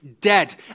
dead